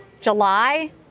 July